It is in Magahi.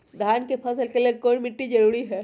धान के फसल के लेल कौन मिट्टी जरूरी है?